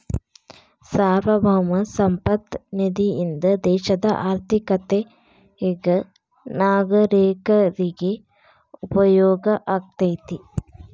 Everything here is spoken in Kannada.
ಸಾರ್ವಭೌಮ ಸಂಪತ್ತ ನಿಧಿಯಿಂದ ದೇಶದ ಆರ್ಥಿಕತೆಗ ನಾಗರೇಕರಿಗ ಉಪಯೋಗ ಆಗತೈತಿ